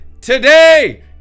today